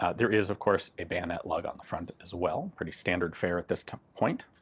ah there is of course a bayonet lug on the front as well, pretty standard fare at this time point.